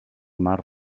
mar